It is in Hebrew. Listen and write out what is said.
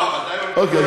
לא, אוקיי.